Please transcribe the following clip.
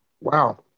wow